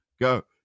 go